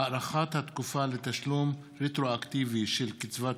(הארכת התקופה לתשלום רטרואקטיבי של קצבת ילדים),